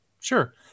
Sure